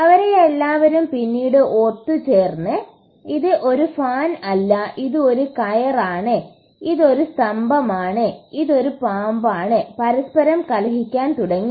അവരെല്ലാവരും പിന്നീട് ഒത്തുചേർന്ന് ഇത് ഒരു ഫാൻ അല്ല ഇത് ഒരു കയറാണ് ഇതൊരു സ്തംഭമാണ് ഇതൊരു പാമ്പാണ് പരസ്പരം കലഹിക്കാൻ തുടങ്ങി